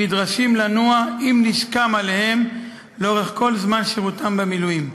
נדרשים לנוע עם נשקם עליהם כל זמן שירותם במילואים.